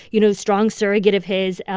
you know, strong surrogate of his.